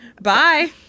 bye